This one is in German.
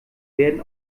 werden